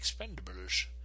Expendables